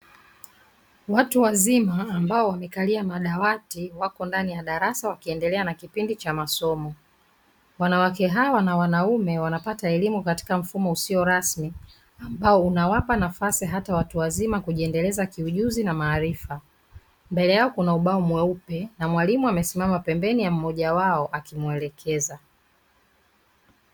Watu wazima ambao wamekalia madawati, wako ndani ya darasa wakiendelea na kipindi cha masomo. Wanawake hawa na wanaume wanapata elimu katika mfumo usio rasmi; ambao unawapa nafasi hata watu wazima kujiendeleza kiujuzi na maarifa. Mbele yao kuna ubao mweupe na mwalimu amesimama pembeni ya mmoja wao akimuelekeza.